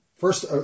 First